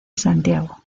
santiago